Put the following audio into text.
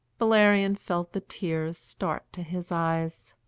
valerian felt the tears start to his eyes.